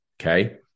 Okay